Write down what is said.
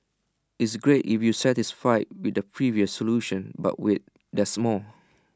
it's great if you're satisfied with the previous solutions but wait there's more